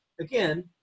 Again